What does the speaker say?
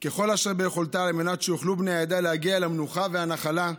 כל אשר ביכולתה על מנת שיוכלו בני העדה להגיע אל המנוחה והנחלה,